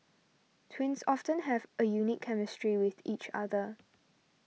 twins often have a unique chemistry with each other